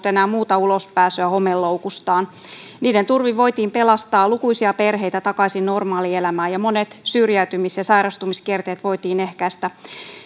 enää ollut muuta ulospääsyä homeloukustaan niiden turvin voitiin pelastaa lukuisia perheitä takaisin normaalielämään ja monet syrjäytymis ja sairastumiskierteet voitiin ehkäistä